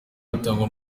hatangwa